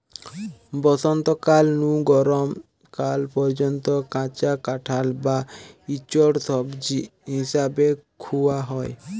বসন্তকাল নু গরম কাল পর্যন্ত কাঁচা কাঁঠাল বা ইচোড় সবজি হিসাবে খুয়া হয়